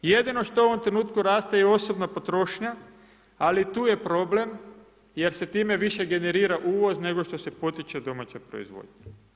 Jedino što u ovom trenutku raste je osobna potrošnja, ali tu je problem jer se time više generira uvoz, nego što se potiče domaća proizvodnja.